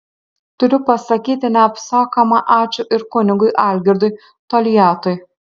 turiu pasakyti neapsakoma ačiū ir kunigui algirdui toliatui